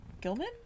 Gilman